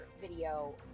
video